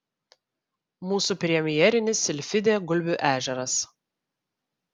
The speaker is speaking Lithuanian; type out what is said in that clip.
mūsų premjerinis silfidė gulbių ežeras